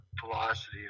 velocity